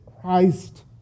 Christ